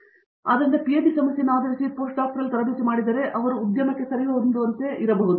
Satyanarayana N Gummadi ಆದ್ದರಿಂದ ಆ PhD ಸಮಸ್ಯೆಯನ್ನು ಆಧರಿಸಿ ನಂತರ ಪೋಸ್ಟ್ ಡಾಕ್ಟೋರಲ್ ತರಬೇತಿಯನ್ನು ಮಾಡಿ ಆ ಕಂಪನಿಗೆ ಸರಿಹೊಂದುವಂತೆ ಇರಬಹುದು